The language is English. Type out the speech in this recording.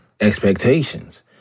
expectations